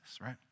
right